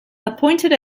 appointed